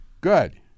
Good